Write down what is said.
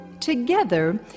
Together